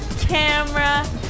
camera